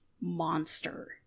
monster